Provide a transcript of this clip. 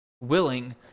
willing